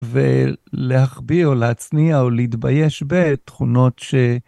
ולהחביא או להצניע או להתבייש בתכונות ש...